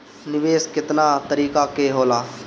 निवेस केतना तरीका के होला?